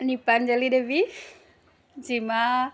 Dipanjali Devi জিমা